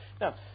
now